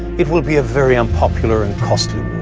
it will be a very unpopular and costly